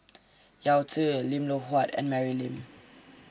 Yao Zi Lim Loh Huat and Mary Lim